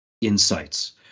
insights